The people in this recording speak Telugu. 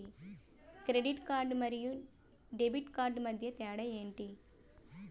క్రెడిట్ కార్డ్ మరియు డెబిట్ కార్డ్ మధ్య తేడా ఎంటి?